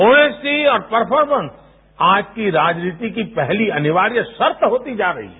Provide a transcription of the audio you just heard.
honesty और performance आज राजनीति की पहली अनिवार्य शर्त होती जा रही है